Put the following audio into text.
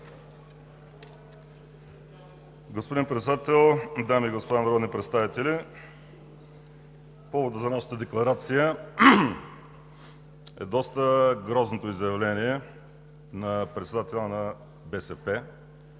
Господин Председател, дами и господа народни представители! Повод за нашата декларация е доста грозното изявление на председателя на БСП,